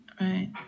right